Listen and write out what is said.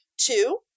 Two